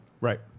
Right